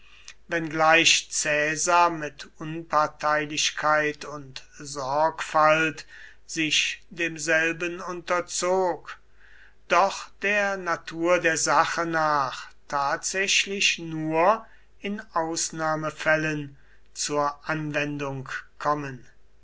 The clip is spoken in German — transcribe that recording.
wenngleich caesar mit unparteilichkeit und sorgfalt sich demselben unterzog doch der natur der sache nach tatsächlich nur in ausnahmefällen zur anwendung kommen